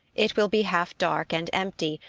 it will be half dark, and empty,